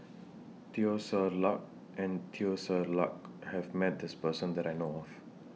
Teo Ser Luck and Teo Ser Luck has Met This Person that I know of